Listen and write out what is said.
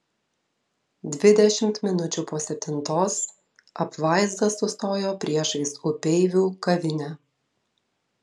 dvidešimt minučių po septintos apvaizda sustojo priešais upeivių kavinę